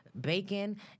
bacon